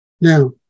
Now